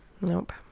Nope